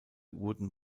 wurden